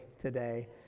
today